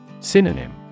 Synonym